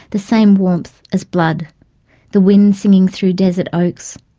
the same warmth, as blood the wind singing through desert oaks,